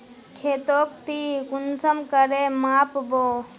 खेतोक ती कुंसम करे माप बो?